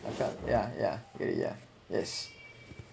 I felt yeah yeah yeah yeah yes